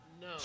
No